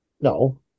No